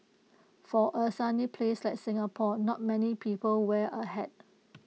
for A sunny place like Singapore not many people wear A hat